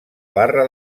barra